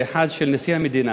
האחת, של נשיא המדינה.